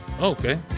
Okay